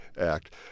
act